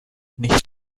nicht